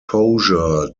exposure